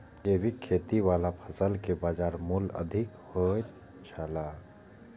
जैविक खेती वाला फसल के बाजार मूल्य अधिक होयत छला